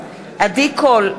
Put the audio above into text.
עדי קול,